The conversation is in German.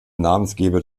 namensgeber